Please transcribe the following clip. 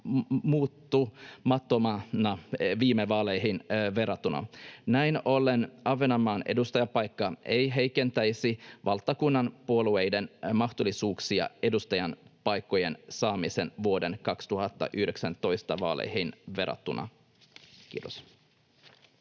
muuttumattomana viime vaaleihin verrattuna. Näin ollen Ahvenanmaan edustajanpaikka ei heikentäisi valtakunnan puolueiden mahdollisuuksia edustajanpaikkojen saamiseen vuoden 2019 vaaleihin verrattuna. — Kiitos.